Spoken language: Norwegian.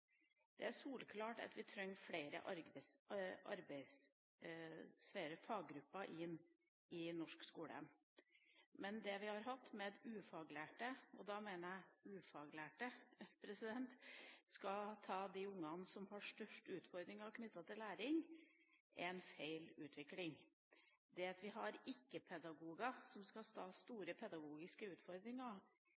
Det er soleklart at vi trenger flere faggrupper inn i norsk skole, men det vi har hatt, med at ufaglærte – og da mener jeg ufaglærte – skal ta de ungene som har størst utfordringer knyttet til læring, er en feil utvikling. Det at vi har ikke-pedagoger som skal